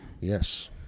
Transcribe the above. Yes